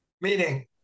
meaning